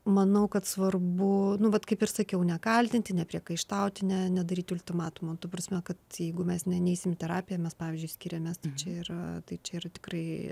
manau kad svarbu nu vat kaip ir sakiau nekaltinti nepriekaištauti ne nedaryti ultimatumo ta prasme kad jeigu mes ne neisim terapiją mes pavyzdžiui skiriamės čia yra tai čia ir tikrai